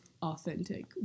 Authentic